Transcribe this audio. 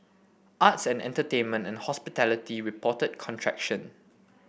arts and entertainment and hospitality reported contraction